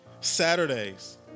Saturdays